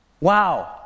wow